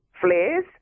flares